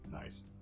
nice